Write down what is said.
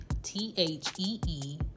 T-H-E-E